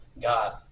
God